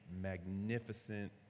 magnificent